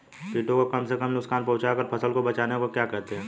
कीटों को कम से कम नुकसान पहुंचा कर फसल को बचाने को क्या कहते हैं?